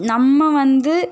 நம்ம வந்து